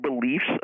beliefs